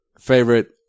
favorite